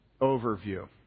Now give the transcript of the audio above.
overview